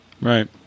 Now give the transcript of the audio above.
Right